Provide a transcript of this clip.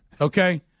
Okay